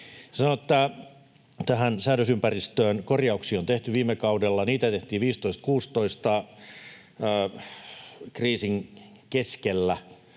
täällä. Tähän säädösympäristöön korjauksia on tehty viime kaudella. Niitä tehtiin vuosien 15—16 kriisin keskellä,